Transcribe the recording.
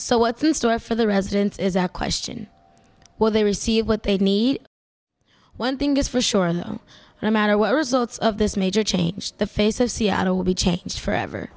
so what this store for the residents is that question well they receive what they need one thing is for sure on no matter what results of this major change the face of seattle will be changed forever